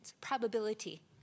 probability